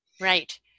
Right